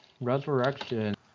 Resurrection